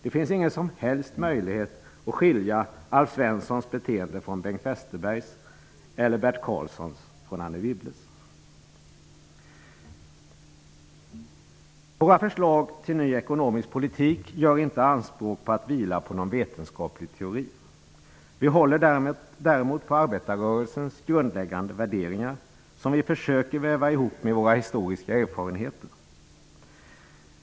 Det finns ingen som helst möjlighet att skilja Alf Svenssons beteende från Bengt Våra förslag till ny ekonomisk politik gör inte anspråk på att vila på någon vetenskaplig teori. Vi håller däremot på arbetarrörelsens grundläggande värderingar som vi försöker väva ihop med våra historiska erfarenheter.